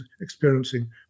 experiencing